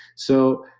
so,